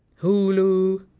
hulu!